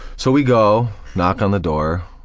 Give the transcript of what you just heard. so we go, knock on the door,